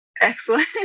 Excellent